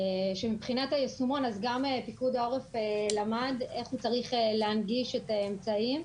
שמבחינת היישומון גם פיקוד העורף למד איך הוא צריך להנגיש את האמצעים.